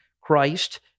Christ